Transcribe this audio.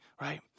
right